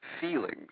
feelings